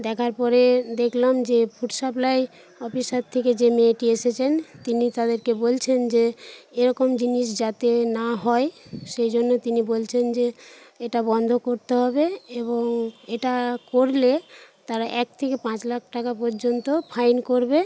দেখার পরে দেখলাম যে ফুড সাপ্লাই অফিসার থেকে যে মেয়েটি এসেছেন তিনি তাদেরকে বলছেন যে এরকম জিনিস যাতে না হয় সেই জন্য তিনি বলছেন যে এটা বন্ধ করতে হবে এবং এটা করলে তারা এক থেকে পাঁচ লাখ টাকা পর্যন্ত ফাইন করবে